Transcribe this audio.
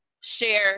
share